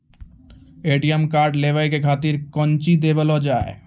ATM card लेवे के खातिर कौंची देवल जाए?